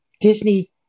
disney